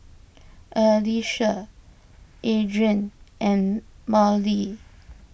Alyssia Adrienne and Mallie